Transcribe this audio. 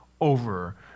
over